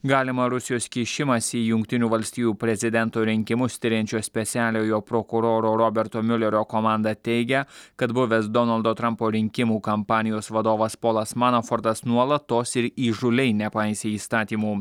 galimą rusijos kišimąsi į jungtinių valstijų prezidento rinkimus tiriančio specialiojo prokuroro roberto miulerio komanda teigia kad buvęs donaldo trumpo rinkimų kampanijos vadovas polas mano fordas nuolatos ir įžūliai nepaisė įstatymų